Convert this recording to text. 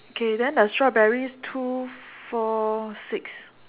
okay and the strawberries two four six